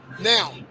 Now